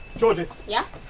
georgie. yeah?